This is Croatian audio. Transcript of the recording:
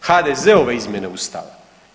HDZ-ove izmjene Ustava.